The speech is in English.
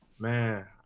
Man